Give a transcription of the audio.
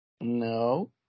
No